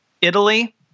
Italy